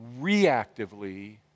reactively